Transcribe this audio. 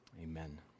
Amen